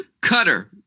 Cutter